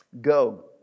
Go